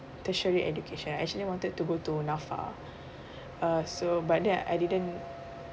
tertiary education I actually wanted to NAFA uh so but then I didn't